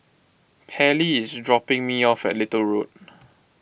Pairlee is dropping me off at Little Road